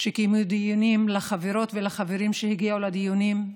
שקיימו דיונים, לחברות ולחברים שהגיעו לדיונים.